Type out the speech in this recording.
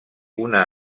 una